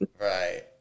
Right